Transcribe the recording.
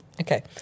Okay